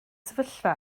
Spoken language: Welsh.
sefyllfa